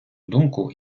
думку